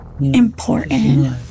important